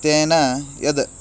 तेन यद्